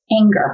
anger